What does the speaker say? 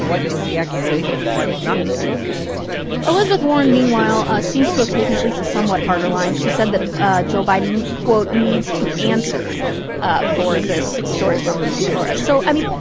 what is the accusation and what is not the accusation elizabeth warren, meanwhile, seems to have taken at least a somewhat harder line. she said that joe biden, quote, needs to answer ah for this story from lucy flores. so i mean,